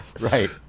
Right